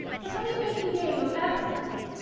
but are you making game of everybody?